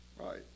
right